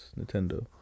nintendo